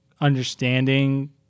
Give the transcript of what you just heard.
understanding